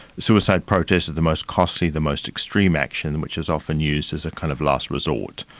suicide protests are the most costly, the most extreme action which is often used as a kind of last resort.